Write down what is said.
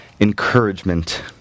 encouragement